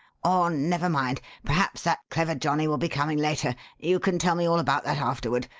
or, never mind perhaps that clever johnnie will be coming later you can tell me all about that afterward.